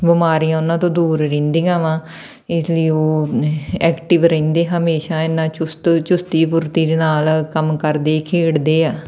ਬਿਮਾਰੀਆਂ ਉਹਨਾਂ ਤੋਂ ਦੂਰ ਰਹਿੰਦੀਆਂ ਵਾ ਇਸ ਲਈ ਉਹ ਐਕਟਿਵ ਰਹਿੰਦੇ ਹਮੇਸ਼ਾਂ ਇੰਨਾਂ ਚੁਸਤ ਚੁਸਤੀ ਫੁਰਤੀ ਦੇ ਨਾਲ ਕੰਮ ਕਰਦੇ ਖੇਡਦੇ ਆ